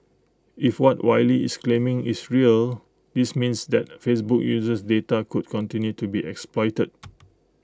if what Wylie is claiming is real this means that Facebook user data could continue to be exploited